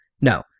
No